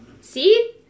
see